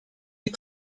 est